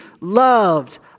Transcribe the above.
loved